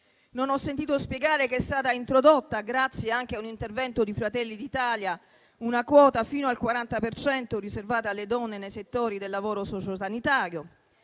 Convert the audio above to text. non ho sentito spiegare che è stata introdotta, grazie anche a un intervento di Fratelli d'Italia, una quota fino al 40 per cento riservata alle donne nei settori del lavoro sociosanitario,